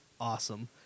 awesome